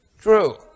true